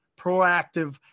proactive